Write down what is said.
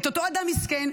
את אותו אדם מסכן,